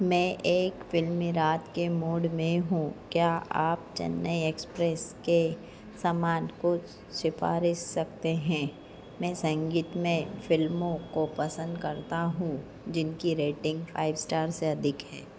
मैं एक फ़िल्मी रात के मूड में हूँ क्या आप चेन्नई एक्सप्रेस के समान कुछ सिफ़ारिश सकते हैं मैं संगीतमय फ़िल्मों को पसन्द करता हूँ जिनकी रेटिन्ग फ़ाइव एस्टार से अधिक है